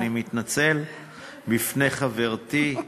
אני מתנצל בפני חברתי.